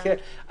כן.